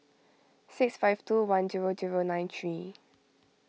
six five two one zero zero nine three